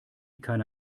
keine